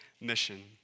mission